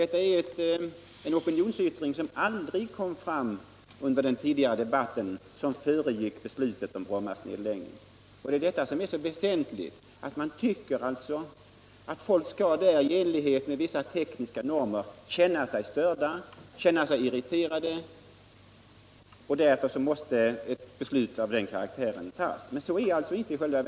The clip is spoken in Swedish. Detta är en opinionsyttring som aldrig kom fram under den debatt, som föregick beslutet om nedläggningen av Bromma flygplats. Man beslöt att folk i enlighet med vissa tekniska normer borde känna sig störda och irriterade. Men situationen är i själva verket inte sådan.